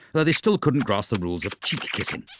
though they still couldn't grasp the rules of cheek kissing.